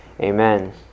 Amen